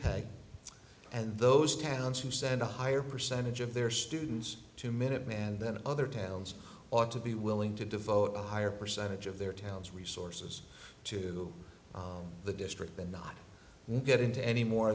pay and those towns who send a higher percentage of their students to minuteman than other towns ought to be willing to devote a higher percentage of their town's resources to the district and not get into any more